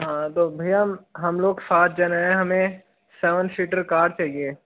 हाँ तो भैया हम लोग सात जन है हमे सेवन सीटर कार चाहिए